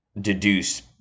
deduce